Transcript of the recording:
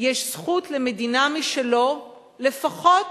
יש זכות למדינה משלו לפחות